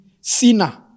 sinner